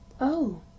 Oh